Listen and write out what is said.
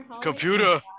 Computer